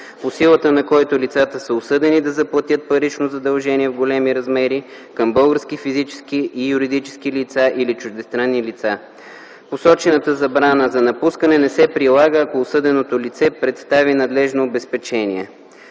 по силата на който лицата са осъдени да заплатят парично задължение в големи размери към български физически и юридически лица или чуждестранни лица. Посочената забрана за напускане не се прилага, ако осъденото лице представи надлежно обезпечение.